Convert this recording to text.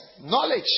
knowledge